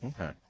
okay